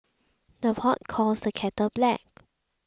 the pot calls the kettle black